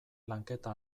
lanketa